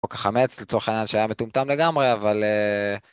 או כחמץ לצורך העניין שהיה מטומטם לגמרי, אבל...